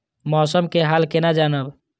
मौसम के हाल केना जानब?